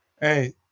hey